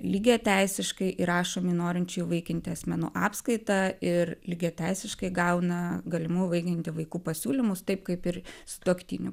lygiateisiškai įrašomi į norinčių įvaikinti asmenų apskaitą ir lygiateisiškai gauna galimų įvaikinti vaikų pasiūlymus taip kaip ir sutuoktinių